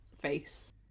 face